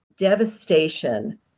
devastation